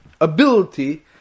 ability